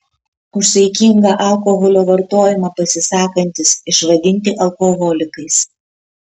už saikingą alkoholio vartojimą pasisakantys išvadinti alkoholikais